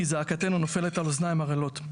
כי זעקתינו נופלת על אוזניים ערלות.